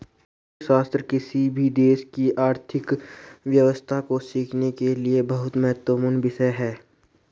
अर्थशास्त्र किसी भी देश की आर्थिक व्यवस्था को सीखने के लिए बहुत महत्वपूर्ण विषय हैं